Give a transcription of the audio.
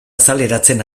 azaleratzen